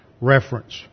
reference